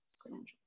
credentials